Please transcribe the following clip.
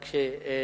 רק שתבינו,